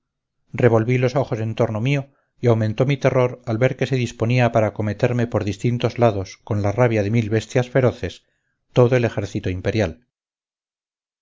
revolví los ojos en torno mío y aumentó mi terror al ver que se disponía para acometerme por distintos lados con la rabia de mil bestias feroces todo el ejército imperial